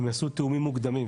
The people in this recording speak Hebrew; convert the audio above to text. הם עשו תיאומים מוקדמים,